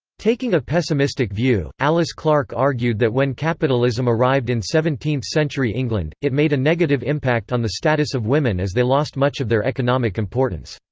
taking a pessimistic view, alice clark argued argued that when capitalism arrived in seventeenth century england, it made a negative impact on the status of women as they lost much of their economic importance.